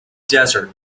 desert